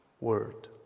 word